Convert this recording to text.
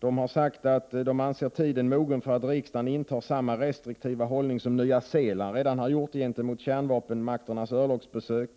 Det sägs i brevet att man anser att tiden är mogen för att riksdagen intar samma restriktiva hållning som Nya Zeeland redan har gjort gentemot kärnvapenmakternas örlogsbesök.